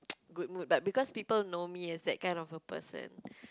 good mood but because people know me as that kind of a person